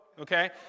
okay